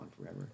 forever